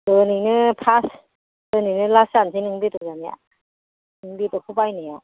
दिनैनो फास दिनैनो लास जानोसै नोंनि बेदर जानाया नोंनि बेदरखौ बायनाया